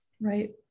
right